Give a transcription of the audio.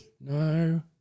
No